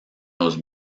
los